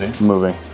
moving